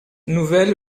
nouvelles